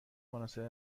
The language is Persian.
مناسب